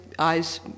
eyes